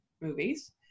movies